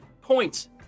points